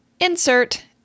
Insert